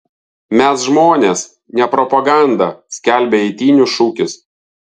mes žmonės ne propaganda skelbia eitynių šūkis